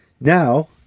Now